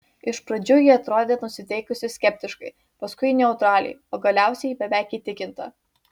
iš pradžių ji atrodė nusiteikusi skeptiškai paskui neutraliai o galiausiai beveik įtikinta